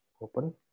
open